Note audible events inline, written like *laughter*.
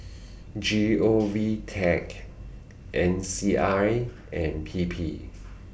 G O V *noise* Tech N C I and P P